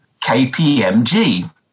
kpmg